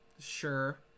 Sure